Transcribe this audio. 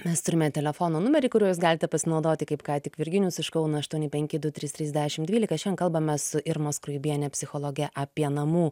mes turime telefono numerį kuriuo jūs galite pasinaudoti kaip ką tik virginijus iš kauno aštuoni penki du trys trys dešimt dvylika šiandien kalbamės su irma skruibienė psichologe apie namų